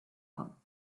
out